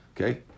Okay